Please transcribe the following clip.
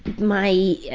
my, ah,